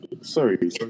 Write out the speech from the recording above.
sorry